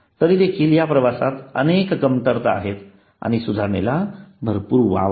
तरीदेखील या प्रवासात अनेक कमतरता आहेत आणि सुधारणेला भरपूर वाव आहे